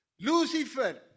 Lucifer